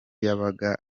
yabaga